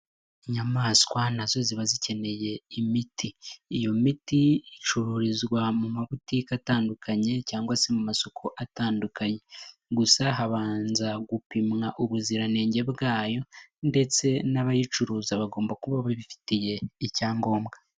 Inyamaswa nazo ziba zikeneye imiti, iyo miti icururizwa mu mabutiki atandukanye cyangwa se mu masoko atandukanye, gusa habanza gupimwa ubuziranenge bwayo ndetse n'abayicuruza bagomba kuba babifitiye icyangombwa.